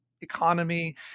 economy